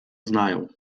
znają